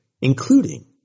including